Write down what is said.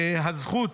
הזכות